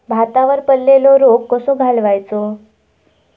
भातावर पडलेलो रोग कसो घालवायचो?